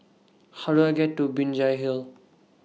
How Do I get to Binjai Hill